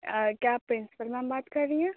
آ کیا آپ principal ma'am بات کر رہی ہیں